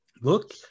Look